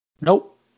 Nope